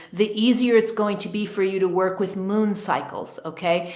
the easier it's going to be for you to work with moon cycles. okay.